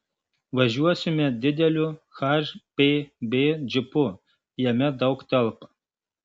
važiuosime dideliu hpb džipu jame daug telpa